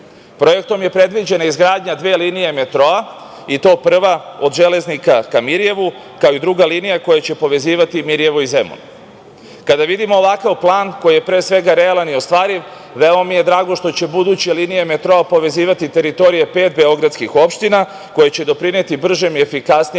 poduhvat. Projektom je predviđena izgradnja dve linije metroa i to prva od Železnika ka Mirijevu, kao i druga linija koja će povezivati Mirijevo i Zemun. Kada vidimo ovakav plan koji je, pre svega, realan i ostvariv, veoma mi je drago što će buduće linije metroa povezivati teritorije pet beogradskih opština, koje će doprineti bržem i efikasnijem